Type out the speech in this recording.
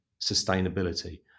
sustainability